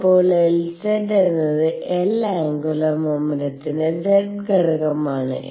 Refer Slide Time 1503 ഇപ്പോൾ Lz എന്നത് L angular മോമെന്റത്തിന്റെ z ഘടകമാണ്